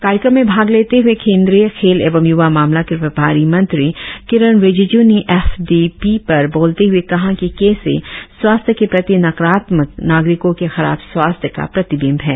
कार्यक्र्म में भाग लेते हए केंद्रीय खेल एवं य्वा मामला के प्रभारी मंत्री किरेन रिजिजू ने एफ डी पी पर बोलते हए कहा कि कैसे स्वास्थ्य के प्रति नकारात्मकता नागरिकों के खराब स्वास्थ्य का प्रतिबिंब है